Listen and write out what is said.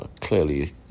clearly